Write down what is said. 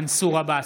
מנסור עבאס,